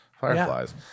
Fireflies